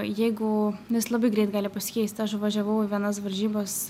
jeigu jis labai greit gali pasikeist aš važiavau į vienas varžybas